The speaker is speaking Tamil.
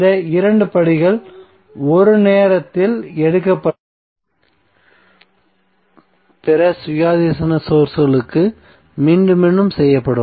இந்த 2 படிகள் ஒரு நேரத்தில் எடுக்கப்பட்ட பிற சுயாதீன சோர்ஸ்களுக்கு மீண்டும் மீண்டும் செய்யப்படும்